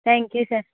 thank you sir